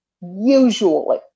usually